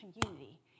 community